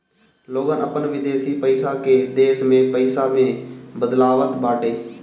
लोग अपन विदेशी पईसा के देश में पईसा में बदलवावत बाटे